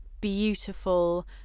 beautiful